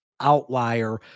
outlier